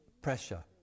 pressure